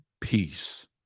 peace